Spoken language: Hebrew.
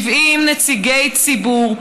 70 נציגי ציבור,